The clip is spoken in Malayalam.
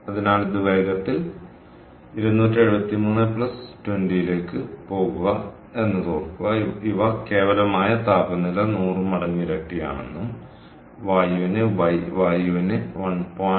അതിനാൽ ഇത് വേഗത്തിൽ 273 20 ലേക്ക് പോകുക എന്നത് ഓർക്കുക ഇവ കേവലമായ താപനില നൂറ് മടങ്ങ് ഇരട്ടിയാണെന്നും വായുവിന് γ വായുവിന് 1